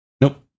Nope